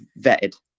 Vetted